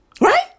Right